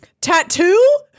Tattoo